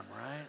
right